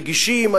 רגישים,